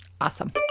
Awesome